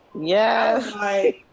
Yes